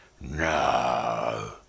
no